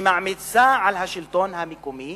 שמעמיסה על השלטון המקומי